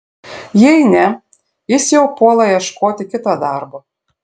jei ne jis jau puola ieškoti kito darbo